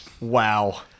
Wow